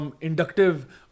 inductive